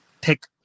pick